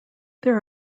there